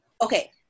Okay